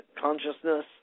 consciousness